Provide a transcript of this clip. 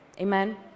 Amen